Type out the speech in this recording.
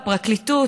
בפרקליטות,